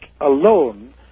alone